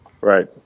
Right